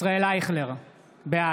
ישראל אייכלר, בעד